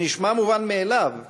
זה נשמע מובן מאליו,